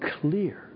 clear